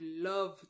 love